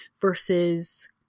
versus